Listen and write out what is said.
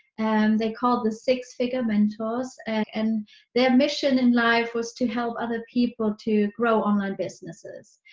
they're called the six figure mentors and their mission in life was to help other people to grow online businesses.